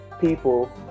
people